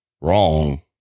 wrong